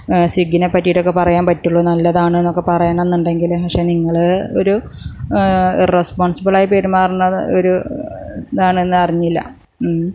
സ്വിഗിനെ പറ്റിയിട്ടൊക്കെ പറയാൻ പറ്റുകയുള്ളൂ നല്ലതാണ് എന്നൊക്കെ പറയണം എന്നുണ്ടെങ്കിലും പക്ഷെ നിങ്ങൾ ഒരു ഇർറെസ്പോൺസിബിൾ ആയി പെരുമാറുന്നത് ഒരു ഇതാണെന്ന് അറിഞ്ഞില്ല